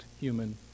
human